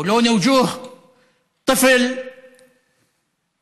וצבע הפנים של ילד